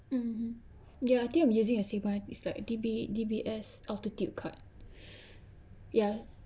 mmhmm ya I think I'm using a same [one] is like D_S D_B_S altitude card ya